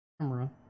camera